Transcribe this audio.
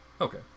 Okay